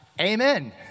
Amen